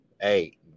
hey